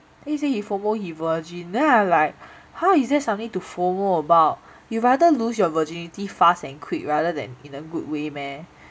then he say he FOMO he virgin then I like !huh! is that something to FOMO about you rather lose your virginity fast and quick rather than in a good way meh